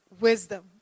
wisdom